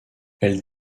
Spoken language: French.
elle